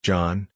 John